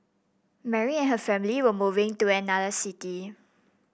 Mary and her family were moving to another city